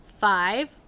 five